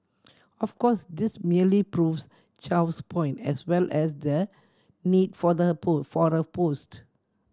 of course this merely proves Chow's point as well as the need for the post for the post